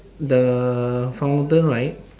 the fountain right